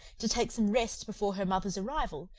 to take some rest before her mother's arrival,